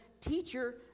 Teacher